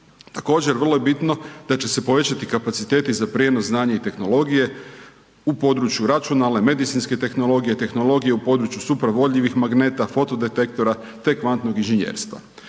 Također, vrlo je bitno da će se povećati kapaciteti za prijenos znanja i tehnologije u području računalne, medicinske tehnologije, tehnologije u području supravodljivih magneta, foto-detektora te kvantnog inženjerstva.